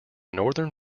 northern